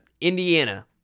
Indiana